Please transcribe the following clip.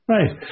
Right